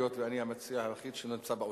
היות שאני המציע היחיד שנמצא באולם.